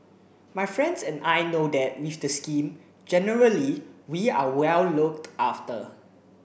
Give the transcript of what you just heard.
my friends and I know that with the scheme generally we are well looked after